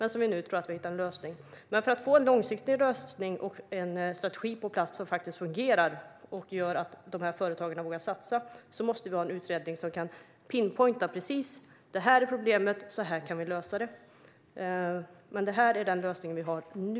Nu tror vi dock att vi har en lösning på det, men för att få en långsiktig lösning och en strategi på plats som faktiskt fungerar och gör att de här företagen vågar satsa måste vi ha en utredning som kan pinpointa precis att det här är problemet, och så här kan vi lösa det. Men det här är den lösning vi har nu.